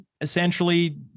essentially